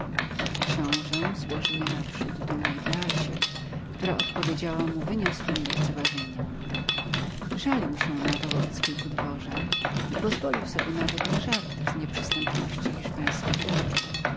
książę złożył je naprzód dumnej beacie która odpowiedziała mu wyniosłym lekceważeniem żalił się na to wobec kilku dworzan i pozwolił sobie nawet na żarty z nie przystępności hiszpańskich dam